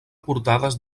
portades